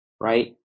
right